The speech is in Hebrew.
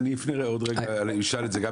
היא גם